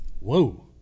Whoa